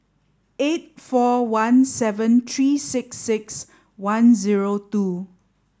eight four one seven three six six one zero two